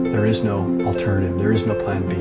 there is no alternative, there is no plan